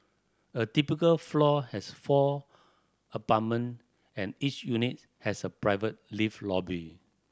a typical floor has four apartment and each unit has a private lift lobby